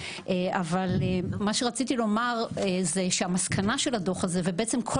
אבל מה שרציתי לומר זה שהמסקנה של הדוח הזה ובעצם כל